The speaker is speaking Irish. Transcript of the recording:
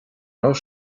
raibh